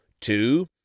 Two